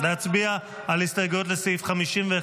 נצביע על הסתייגויות לסעיף 51,